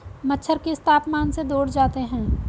मच्छर किस तापमान से दूर जाते हैं?